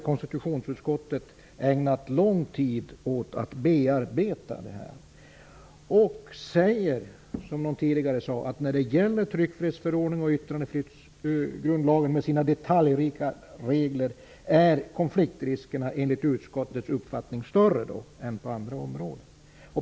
Konstitutionsutskottet har ägnat lång tid åt att bearbeta det här och säger bl.a.: ''När det gäller tryckfrihetsförordningen och yttrandefrihetsgrundlagen med sina detaljrika regler är konfliktriskerna enligt utskottets uppfattning större.